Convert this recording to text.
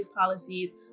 policies